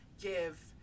give